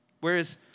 whereas